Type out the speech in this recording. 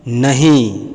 नहि